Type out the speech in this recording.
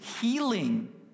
healing